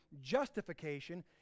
justification